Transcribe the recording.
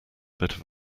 bit